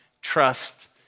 trust